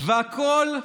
והכול,